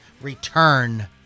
return